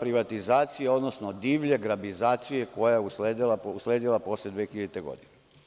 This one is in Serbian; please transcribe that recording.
privatizacije, odnosno divlje grabizacije koja je usledila posle 2000. godine.